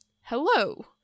hello